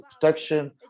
protection